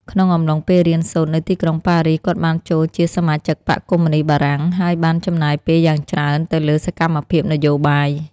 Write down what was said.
ក្នុងអំឡុងពេលរៀនសូត្រនៅទីក្រុងប៉ារីស គាត់បានចូលជាសមាជិកបក្សកុម្មុនីស្តបារាំង ហើយបានចំណាយពេលយ៉ាងច្រើនទៅលើសកម្មភាពនយោបាយ។